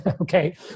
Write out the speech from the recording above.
Okay